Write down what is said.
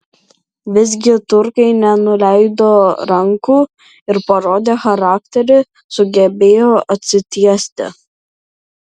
visgi turkai nenuleido rankų ir parodę charakterį sugebėjo atsitiesti